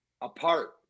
apart